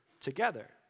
together